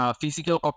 physical